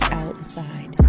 outside